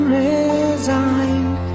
resigned